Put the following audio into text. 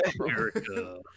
America